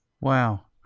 Wow